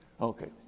okay